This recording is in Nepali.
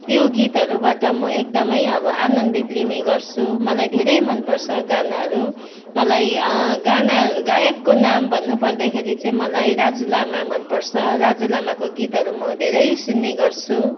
त्यो गीतहरूबाट म एकदमै अब आनन्दित लिने गर्छु मलाई धेरै मन पर्छ गानाहरू मलाई गाना गायकको नाम भन्नुपर्दाखेरि चाहिँ मलाई राजु लामा मन पर्छ राजु लामाको गीतहरू म धेरै सुन्ने गर्छु